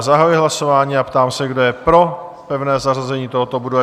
Zahajuji hlasování a ptám se, kdo je pro pevné zařazení tohoto bodu?